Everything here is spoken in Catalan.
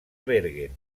bergen